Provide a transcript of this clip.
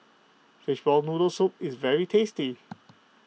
Fishball Noodle Soup is very tasty